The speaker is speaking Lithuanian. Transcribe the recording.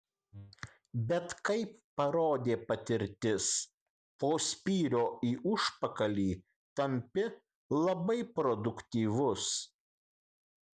bet kaip parodė patirtis po spyrio į užpakalį tampi labai produktyvus